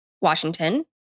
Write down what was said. Washington